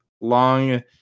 Long